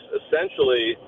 essentially